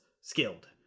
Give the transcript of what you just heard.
skilled